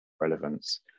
relevance